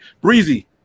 Breezy